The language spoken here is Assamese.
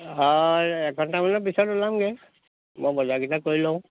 অঁ এঘণ্টামানৰ পিছত ওলামগৈ মই বজাৰকেইটা কৰি লওঁ